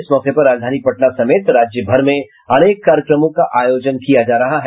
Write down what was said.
इस मौके पर राजधानी पटना समेत राज्य भर में अनेक कार्यक्रमों का आयोजन किया जा रहा है